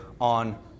on